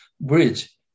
bridge